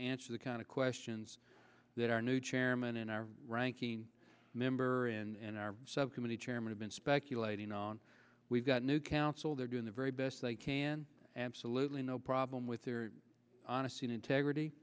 answer the kind of questions that our new chairman and our ranking member and our subcommittee chairman have been speculating on we've got new counsel they're doing the very best they can absolutely no problem with their honesty and integrity